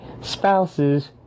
spouses